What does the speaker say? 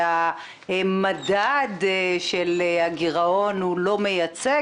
שהמדד של הגרעון הוא לא מייצג,